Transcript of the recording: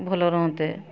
ଭଲ ରହନ୍ତେ